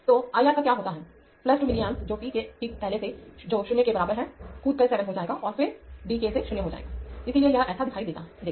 तो I R का क्या होता है 2 मिलीएम्प्स जो t के ठीक पहले है जो 0 के बराबर है कूदकर 7 हो जाएगा और फिर d k से 0 हो जाएगा इसलिए यह ऐसा दिखाई देगा